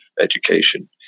education